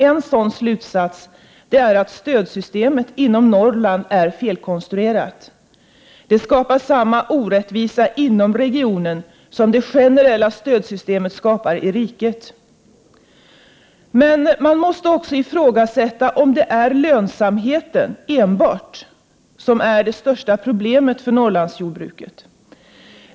En slutsats är att stödsystemet inom Norrland är felkonstruerat. Det skapar samma orättvisa inom den regionen som det generella stödsystemet skapar i hela riket. Man måste emellertid också ifrågasätta om det enbart är bristande lönsamhet som är det största problemet för Norrlandsjordbruket.